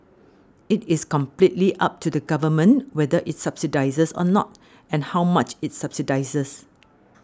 it is completely up to the Government whether it subsidises or not and how much it subsidises